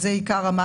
יעילה.